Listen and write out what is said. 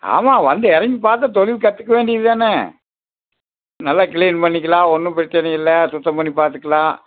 ஆமாம் வந்து இறங்கி பார்த்து தொழில் கற்றுக்க வேண்டியதுதான நல்லா க்ளீன் பண்ணிக்கலாம் ஒன்றும் பிரச்சினை இல்ல சுத்தம் பண்ணி பார்த்துக்கலாம்